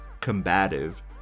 combative